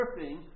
surfing